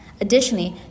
Additionally